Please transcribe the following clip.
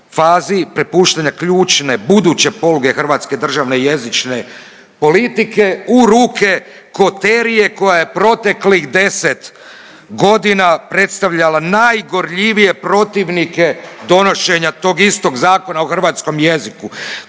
fazi prepuštanja ključne buduće poluge hrvatske državne i jezične politike u ruke koterije koja je proteklih 10.g. predstavljala najgorljivije protivnike donošenja tog istog Zakona o hrvatskom jeziku.